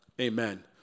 Amen